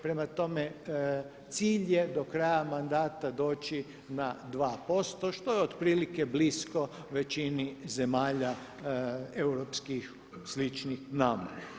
Prema tome, cilj je do kraja mandata doći na 2% što je otprilike blisko većini zemalja europskih sličnih nama.